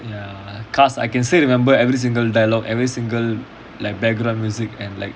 ya cars I can still remember every single dialogue every single like background music and like